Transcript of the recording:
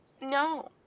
No